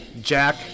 Jack